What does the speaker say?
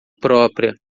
própria